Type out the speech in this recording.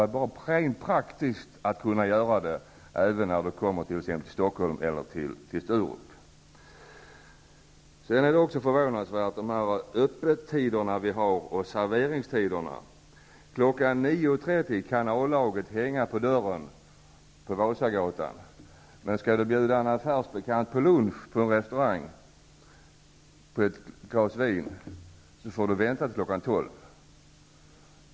Det är praktiskt att kunna göra det, även när man kommer hem till Stockholm eller till Något som också är förvånansvärt är öppettiderna och serveringstiderna. Kl. 9.30 kan A-laget hänga på dörren till Systembolaget på Vasagatan, men den som skall bjuda en affärsbekant på ett glas vin till lunch på en restaurang får vänta till kl. 12.